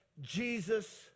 Jesus